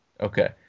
okay